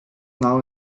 now